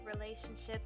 relationships